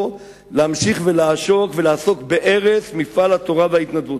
להמשיך לעסוק בהרס מפעל התורה וההתנדבות.